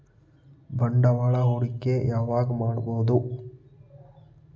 ಬಂಡವಾಳ ಹೂಡಕಿ ಯಾವಾಗ್ ಮಾಡ್ಬಹುದು?